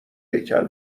هیکل